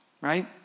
right